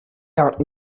out